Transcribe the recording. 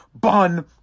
bun